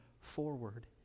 forward